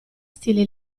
stile